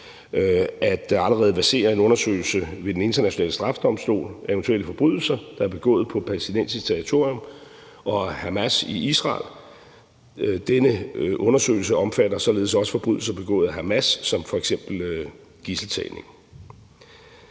at der allerede verserer en undersøgelse ved den internationale straffedomstol af eventuelle forbrydelser, der er begået på palæstinensisk territorium og af Hamas i Israel. Denne undersøgelse omfatter således også forbrydelser begået af Hamas som f.eks. gidseltagning.